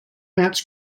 maps